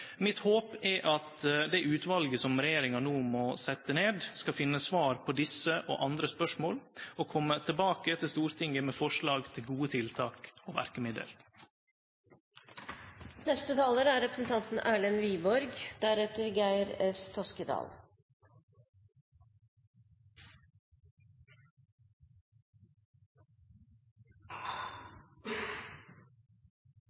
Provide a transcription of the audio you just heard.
Mitt håp er at det utvalet som regjeringa no må setje ned, skal finne svar på desse og andre spørsmål og kome tilbake til Stortinget med forslag til gode tiltak og verkemiddel. I dag behandler vi en sak som er